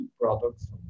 products